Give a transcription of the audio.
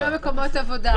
רק מקומות עבודה.